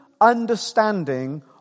understanding